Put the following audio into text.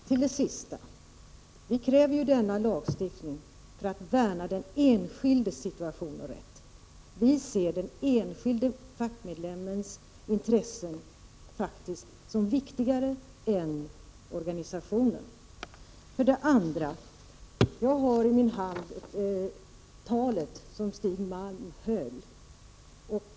Herr talman! För det första: Vi kräver denna lagstiftning för att värna den enskildes rätt. Vi anser den enskilde fackmedlemmens intressen viktigare än organisationens. För det andra: Jag har i min hand det tal som Stig Malm höll.